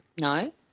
No